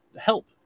help